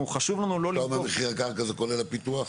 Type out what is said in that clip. אתה אומר מחיר הקרקע זה כולל הפיתוח?